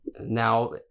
Now